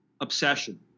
obsession